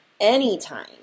anytime